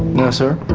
no sir.